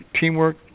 teamwork